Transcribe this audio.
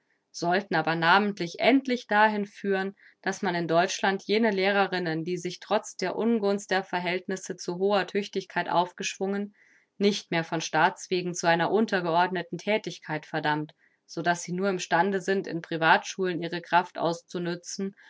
sollten aber namentlich endlich dahin führen daß man in deutschland jene lehrerinnen die sich trotz der ungunst der verhältnisse zu hoher tüchtigkeit aufgeschwungen nicht mehr von staatswegen zu einer untergeordneten thätigkeit verdammt so daß sie nur im stande sind in privatschulen ihre kraft auszunützen